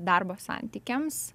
darbo santykiams